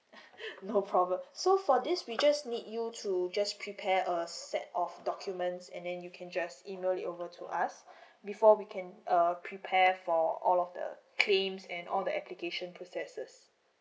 no problem so for this we just need you to just prepare a set of documents and then you can just email it over to us before we can uh prepare for all of the claims and all the application processes